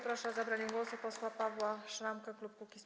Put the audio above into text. Proszę o zabranie głosu posła Pawła Szramkę, klub Kukiz’15.